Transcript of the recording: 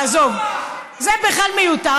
עזוב, זה בכלל מיותר.